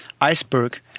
iceberg